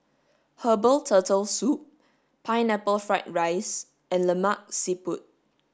herbal turtle soup pineapple fried rice and Lemak Siput